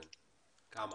כמה?